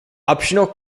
optional